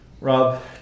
Rob